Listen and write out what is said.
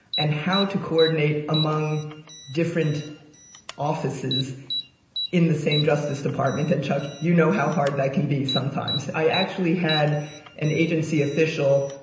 and how to coordinate among different offices in the same justice department. and chuck, you know how hard that can be sometimes. i actually had an agency official,